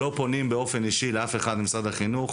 אנחנו לא פונים באופן אישי לאף אחד ממשרד החינוך,